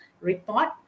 report